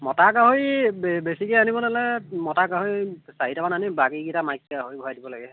মতা গাহৰি বেছিকৈ আনিব নালাগে মতা গাহৰি চাৰিটামান আনি বাকীকেইটা মাইকী গাহৰি ভৰাই দিব লাগে